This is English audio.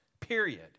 period